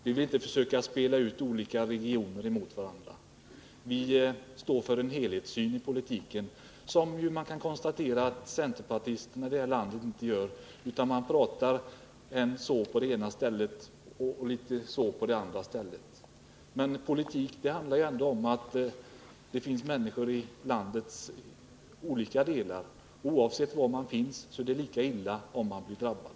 Vi vill inte försöka spela ut olika regioner emot varandra, utan vi står för en helhetssyn i politiken. Det är någonting som centerpartisterna i det här landet inte gör, utan man har en inställning på det ena stället och en annan på det andra. Men i politiken måste man ta hänsyn till att problemen finns på många håll. Oavsett var man bor, är det lika illa om man blir drabbad.